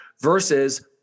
Versus